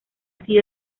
sido